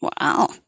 Wow